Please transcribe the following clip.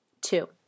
Two